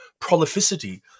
prolificity